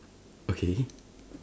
okay